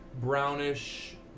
brownish